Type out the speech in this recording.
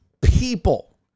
people